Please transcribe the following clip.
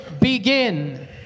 begin